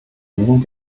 diesen